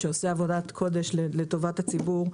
שעושה עבודת קודש לטובת הציבור.